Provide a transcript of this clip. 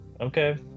okay